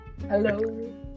Hello